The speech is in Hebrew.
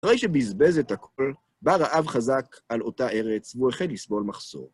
אחרי שבזבז את הכול, בא רעב חזק על אותה ארץ, והוא החל לסבול מחסור.